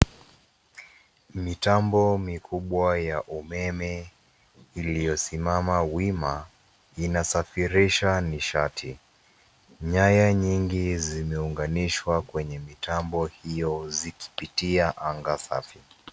Mitambo mikubwa ya umeme iliyosimama wima inasafirisha nishati. Nyaya nyingi zimeunganishwa kwenye mitambo hio zikipitia anga safi.